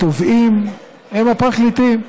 התובעים הם הפרקליטים,